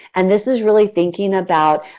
and, this is really thinking about,